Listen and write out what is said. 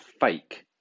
fake